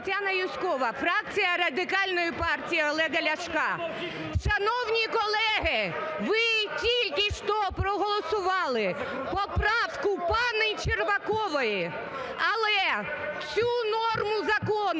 Тетяна Юзькова, фракція Радикальної партії Олега Ляшка. Шановні колеги, ви тільки що проголосували поправку пані Червакової, але цю норму закону